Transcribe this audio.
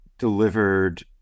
delivered